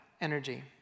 energy